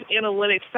analytics